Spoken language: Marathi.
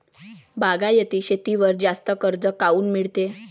बागायती शेतीवर जास्त कर्ज काऊन मिळते?